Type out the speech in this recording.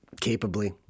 capably